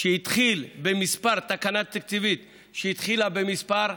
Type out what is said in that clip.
שהתחיל בתקנה תקציבית שהתחילה במספר,